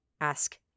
Ask